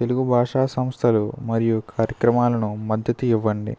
తెలుగు బాషా సంస్థలు మరియు కార్యక్రమాలను మద్దతి ఇవ్వండి